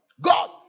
God